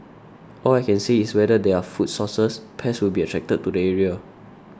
all I can say is wherever there are food sources pests will be attracted to the area